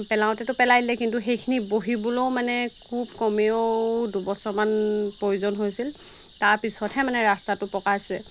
পেলাওঁতেতো পেলাই দিলে কিন্তু সেইখিনি বহিবলৈও মানে খুব কমেও দুবছৰমান প্ৰয়োজন হৈছিল তাৰপিছতহে মানে ৰাস্তাটো পকাইছে